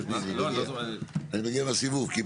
לא